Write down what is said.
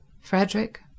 Frederick